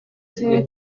turere